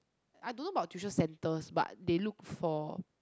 I don't know about tuition centers but they look for